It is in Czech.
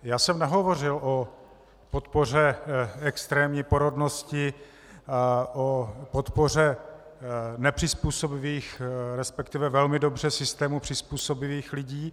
Já jsem nehovořil o podpoře extrémní porodnosti, o podpoře nepřizpůsobivých, resp. velmi dobře systému přizpůsobivých lidí.